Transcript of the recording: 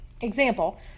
example